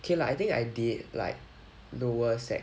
K lah I think I did like lower sec